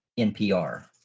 npr,